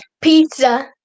Pizza